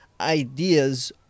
Ideas